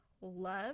love